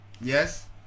yes